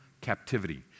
captivity